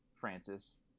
Francis